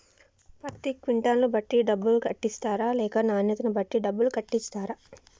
పత్తి క్వింటాల్ ను బట్టి డబ్బులు కట్టిస్తరా లేక నాణ్యతను బట్టి డబ్బులు కట్టిస్తారా?